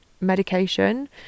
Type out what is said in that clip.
medication